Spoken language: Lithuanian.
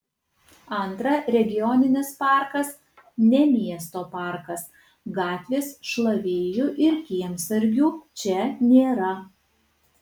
antra regioninis parkas ne miesto parkas gatvės šlavėjų ir kiemsargių čia nėra